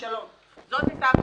זאת הייתה הכותרת.